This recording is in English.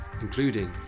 including